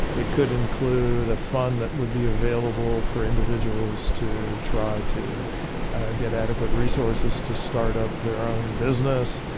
it could include a fund that would be available for individuals to try to get adequate resources to start up their own business,